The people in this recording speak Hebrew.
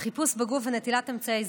חיפוש בגוף ונטילת אמצעי זיהוי)